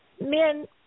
men